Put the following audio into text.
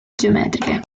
geometriche